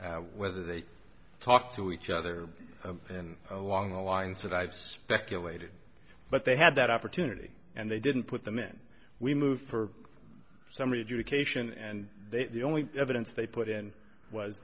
pout whether they talked to each other and along the lines that i've speculated but they had that opportunity and they didn't put them in we moved her or somebody to a cation and they the only evidence they put in was